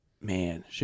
man